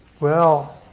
well,